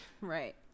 Right